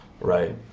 right